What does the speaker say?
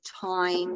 time